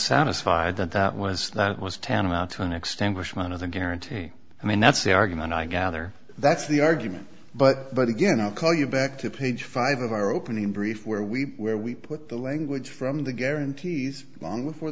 satisfied that that was that was tantamount to an extent question of the guarantee and that's the argument i gather that's the argument but but again i'll call you back to page five of our opening brief where we were we put the language from the guarantees long before